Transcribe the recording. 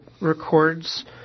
records